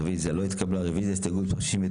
הרוויזיה על הסתייגות מספר 59?